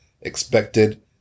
expected